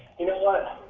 you know what?